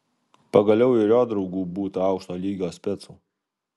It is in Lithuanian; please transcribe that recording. pagaliau ir jo draugų būta aukšto lygio specų